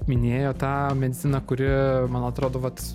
minėjo tą mediciną kuri man atrodo vat